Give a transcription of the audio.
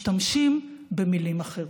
משתמשים במילים אחרות.